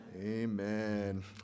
Amen